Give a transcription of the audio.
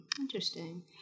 Interesting